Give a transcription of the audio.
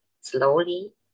slowly